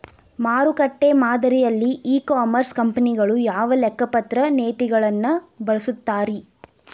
ಮಾರುಕಟ್ಟೆ ಮಾದರಿಯಲ್ಲಿ e commerce ಕಂಪನಿಗಳು ಯಾವ ಲೆಕ್ಕಪತ್ರ ನೇತಿಗಳನ್ನ ಬಳಸುತ್ತಾರಿ?